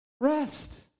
rest